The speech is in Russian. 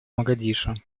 могадишо